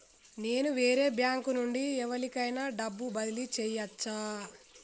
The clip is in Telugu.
నేను వేరే బ్యాంకు నుండి ఎవలికైనా డబ్బు బదిలీ చేయచ్చా?